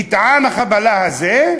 מטען החבלה הזה,